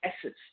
essence